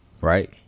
right